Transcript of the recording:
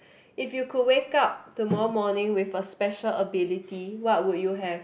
if you could wake up tomorrow morning with a special ability what would you have